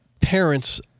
parents